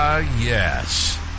yes